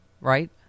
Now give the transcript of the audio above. right